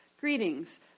Greetings